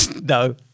No